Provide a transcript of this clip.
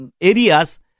areas